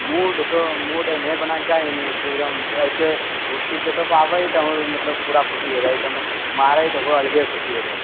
मूडके मतलव मूड एहन बनाकऽ जाइ नी कि एकदम अइसे विकेटोपर आबैय तऽ पूरा मतलब खुशी हो जाइए तऽ हमे मारै तऽ एकगो अलगे खुशी हो जाइए